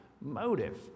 motive